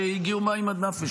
שהגיעו מים עד נפש,